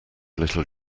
little